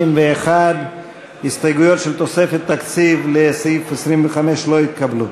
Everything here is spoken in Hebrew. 61. ההסתייגויות של תוספת תקציב לסעיף 25 לא התקבלו.